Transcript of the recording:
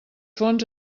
fons